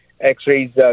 x-rays